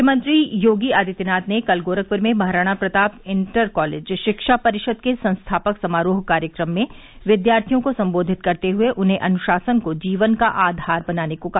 मुख्यमंत्री योगी आदित्यनाथ ने कल गोरखपुर में महाराणा प्रताप इंटर कालेज शिक्षा परिषद के संस्थापक समारोह कार्यक्रम में विद्यार्थियों को संबोधित करते हुए उन्हें अनुशासन को जीवन का आधार बनाने को कहा